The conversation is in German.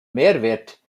mehrwert